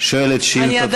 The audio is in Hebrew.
שואלת שאילתה.